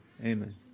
amen